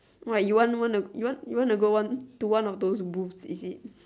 what you want want to you want to you want to one to one of those booth is it